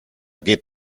geht